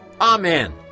Amen